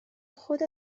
خود